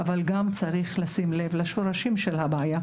אבל גם צריך לשים לב לשורשים של הבעיה,